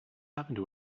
happened